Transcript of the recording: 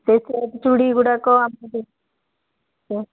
ସେ ସବୁ ଚୁଡ଼ିଗୁଡ଼ାକ ଆମ